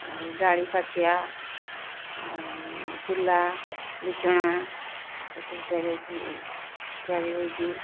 ଆଉ ଜାଳି ପାଛିଆ ଆଉ କୁଲା ବିଞ୍ଚଣା ଏସବୁ ତିଆରି ହଉଛି ତିଆରି ହଉଛି